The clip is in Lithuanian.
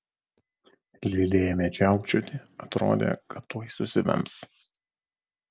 lili ėmė žiaukčioti atrodė kad tuoj susivems